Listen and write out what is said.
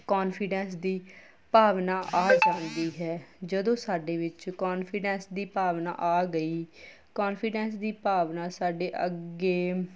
confidence ਦੀ ਭਾਵਨਾ ਆ ਜਾਂਦੀ ਹੈ ਜਦੋਂ ਸਾਡੇ ਵਿੱਚ ਕੋਨਫੀਡੈਂਸ ਦੀ ਭਾਵਨਾ ਆ ਗਈ ਕੋਨਫੀਡੈਂਸ ਦੀ ਭਾਵਨਾ ਸਾਡੇ ਅੱਗੇ